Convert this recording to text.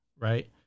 right